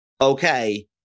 okay